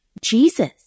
Jesus